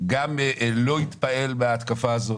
גם לא התפעל מההתקפה הזאת.